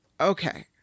Okay